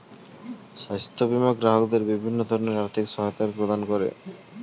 স্বাস্থ্য বীমা গ্রাহকদের বিভিন্ন ধরনের আর্থিক সহায়তা প্রদান করে